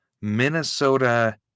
Minnesota